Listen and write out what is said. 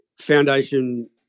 foundation